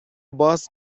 باز